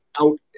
out